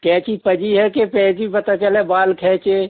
कैंची पजी है कि पैकी पता चले बाल खैचे